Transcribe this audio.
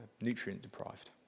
nutrient-deprived